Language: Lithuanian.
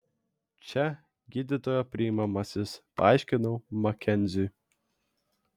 čia gydytojo priimamasis paaiškinau makenziui